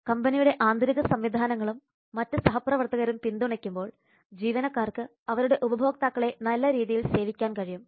കമ്പനിയുടെ ആന്തരിക സംവിധാനങ്ങളും മറ്റ് സഹപ്രവർത്തകരും പിന്തുണക്കുമ്പോൾ ജീവനക്കാർക്ക് അവരുടെ ഉപഭോക്താക്കളെ നല്ല രീതിയിൽ സേവിക്കാൻ കഴിയും